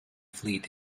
fleet